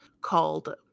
called